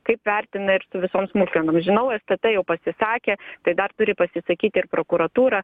kaip vertina ir su visom smulkmenom žinau stt jau pasisakė tai dar turi pasisakyt ir prokuratūra